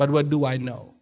but what do i know